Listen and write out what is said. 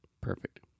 perfect